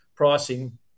Pricing